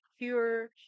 pure